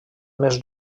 més